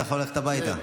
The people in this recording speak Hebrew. אתה יכול ללכת הביתה.